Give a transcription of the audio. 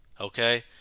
Okay